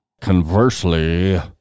Conversely